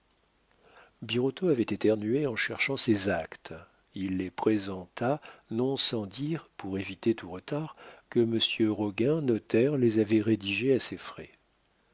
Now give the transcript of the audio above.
birotteau avait éternué en cherchant ses actes il les présenta non sans dire pour éviter tout retard que monsieur roguin notaire les avait rédigés à ses frais